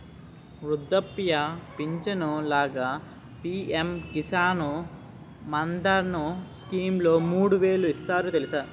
వృద్ధాప్య పించను లాగా పి.ఎం కిసాన్ మాన్ధన్ స్కీంలో మూడు వేలు ఇస్తారు తెలుసా?